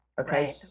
Okay